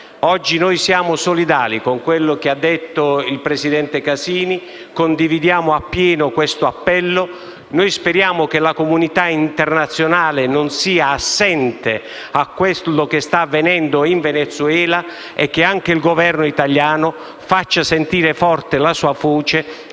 Oggi noi siamo solidali con quanto detto dal presidente Casini, condividiamo a pieno questo appello e speriamo che la comunità internazionale non sia assente rispetto a ciò che sta avvenendo in Venezuela e che anche il Governo italiano faccia sentire forte la sua voce